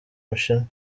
bushinwa